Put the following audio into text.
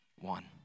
one